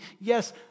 Yes